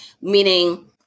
meaning